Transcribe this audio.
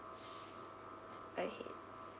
okay